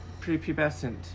prepubescent